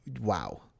wow